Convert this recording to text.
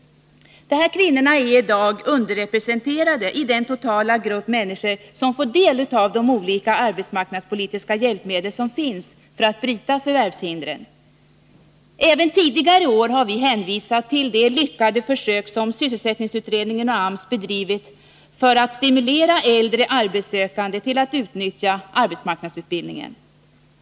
Dessa kvinnor är i dag underrepresenterade i den totala grupp människor som får del av de olika arbetsmarknadspolitiska hjälpmedel som finns för att bryta förvärvshindren. Även tidigare år har vi hänvisat till de lyckade försök som sysselsättningsutredningen och AMS bedrivit för att stimulera äldre arbetssökande till att utnyttja arbetsmarknadsutbildningen.